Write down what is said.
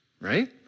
right